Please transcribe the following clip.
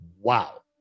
Wow